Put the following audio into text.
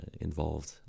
involved